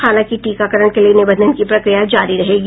हालांकि टीकाकरण के लिए निबंधन की प्रक्रिया जारी रहेगी